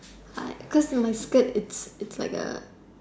I cause my skirt it's it's like A